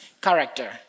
character